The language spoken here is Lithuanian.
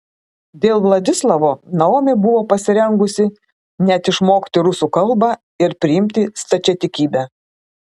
dėl vladislavo naomi buvo pasirengusi net išmokti rusų kalbą ir priimti stačiatikybę